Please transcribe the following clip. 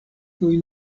kiuj